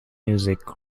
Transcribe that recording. music